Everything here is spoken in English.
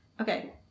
Okay